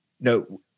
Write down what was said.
no